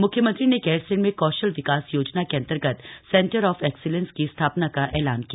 मुख्यमंत्री ने गैरसैंण में कौशल विकास योजना के अंतर्गत सेन्टर ऑफ एक्सीलेंस की स्थापना का ऐलान किया